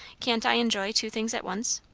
can't i enjoy two things at once?